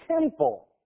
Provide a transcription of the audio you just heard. temple